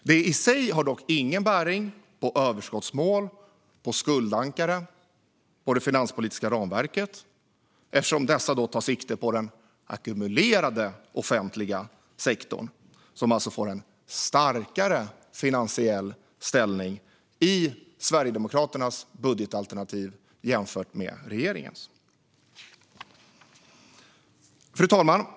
Det i sig har dock ingen bäring på överskottsmål, på skuldankare eller på det finanspolitiska ramverket, eftersom de tar sikte på den ackumulerade offentliga sektorn som alltså får en starkare finansiell ställning i Sverigedemokraternas budgetalternativ jämfört med regeringens. Fru talman!